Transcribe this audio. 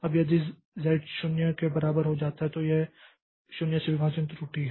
अब यदि z 0 के बराबर हो जाता है तो यह 0 से विभाजन त्रुटि है